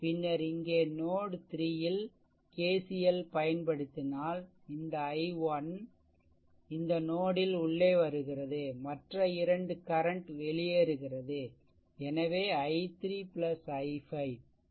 பின்னர் இங்கே நோட் 3 ல் KCL பயன்படுத்தினால் இந்த i1 இந்த நோட் ல் உள்ளே வருகிறது மற்ற இரண்டு கரண்ட் வெளியேறுகிறது எனவே i3 i5